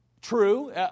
true